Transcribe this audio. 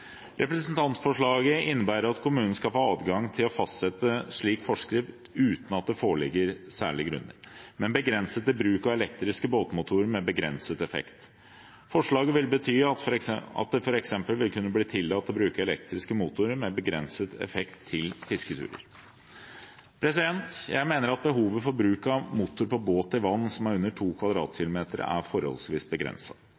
Representantforslaget innebærer at kommunen skal få adgang til å fastsette slik forskrift uten at det foreligger særlige grunner, men begrenset til bruk av elektriske båtmotorer med begrenset effekt. Forslaget vil bety at det f.eks. vil kunne bli tillatt å bruke elektriske motorer med begrenset effekt til fisketurer. Jeg mener at behovet for bruk av motor på båt i vann som er under